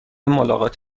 ملاقات